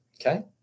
Okay